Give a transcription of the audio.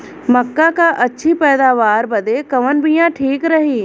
मक्का क अच्छी पैदावार बदे कवन बिया ठीक रही?